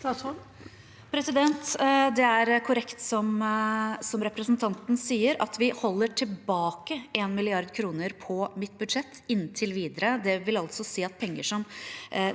Det er korrekt som representanten sier, at vi holder tilbake 1 mrd. kr på mitt budsjett inntil videre. Det vil si at